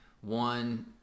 One